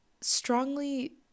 strongly